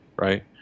right